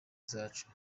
zacu